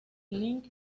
link